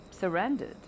surrendered